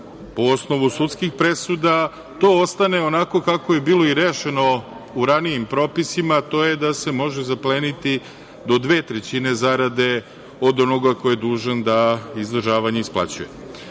po osnovu sudskih presuda, to ostane onako kako je bilo i rešeno u ranijim propisima, a to je da se može zapleniti do dve trećine zarade od onog ko je dužan da izdržavanje isplaćuje. Naravno,